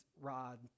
rod